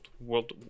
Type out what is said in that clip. world